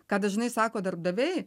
ką dažnai sako darbdaviai